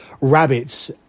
rabbits